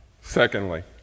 Secondly